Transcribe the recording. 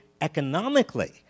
economically